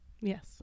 Yes